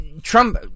Trump